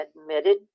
admitted